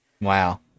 Wow